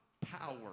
power